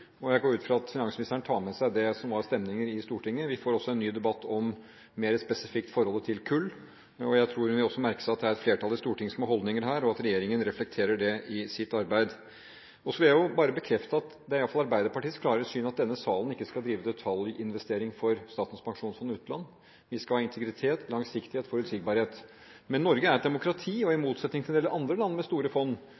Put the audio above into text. og jeg går ut fra at finansministeren tar med seg det som var stemningen i Stortinget. Vi får også en ny debatt mer spesifikt om forholdet til kull, og jeg tror hun vil merke seg at det er et flertall i Stortinget som har holdninger her, som regjeringen må reflektere i sitt arbeid. Så vil jeg bare bekrefte at det i alle fall er Arbeiderpartiets klare syn at man fra denne salen ikke skal drive detaljinvesteringer for Statens pensjonsfond utland. Vi skal ha integritet, langsiktighet og forutsigbarhet. Men Norge er et demokrati, og i